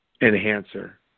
enhancer